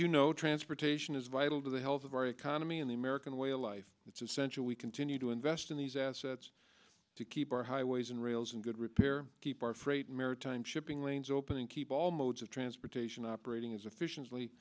you know transportation is vital to the health of our economy and the american way of life it's essential we continue to invest in these assets to keep our highways and rails in good repair keep our freight maritime shipping lanes open and keep all modes of transportation operating as efficiently